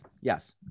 Yes